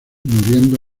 muriendo